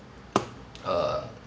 err